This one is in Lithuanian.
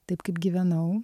taip kaip gyvenau